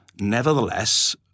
nevertheless